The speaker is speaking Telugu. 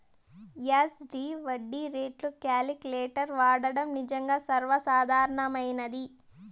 ఎస్.డి వడ్డీ రేట్లు కాలిక్యులేటర్ వాడడం నిజంగా సర్వసాధారణమైనది